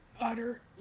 utter